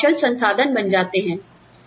आपके कौशल संसाधन बन जाते हैं